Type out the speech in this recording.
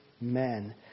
men